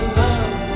love